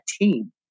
team